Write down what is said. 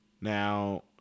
Now